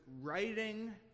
writing